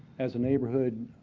as a neighborhood,